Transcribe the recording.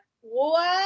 One